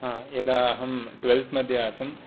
यदा अहं ट्वेल्थ् मध्ये आसन्